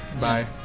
Bye